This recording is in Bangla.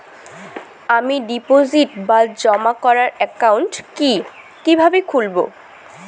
আমি ডিপোজিট বা জমা করার একাউন্ট কি কিভাবে খুলবো?